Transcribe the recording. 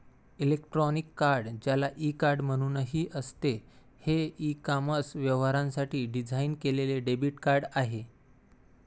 electronic card, ज्याला e card म्हणूनही असते, हे ई कॉमर्स व्यवहारांसाठी डिझाइन केलेले डेबिट कार्ड आहे